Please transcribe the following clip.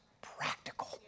practical